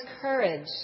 courage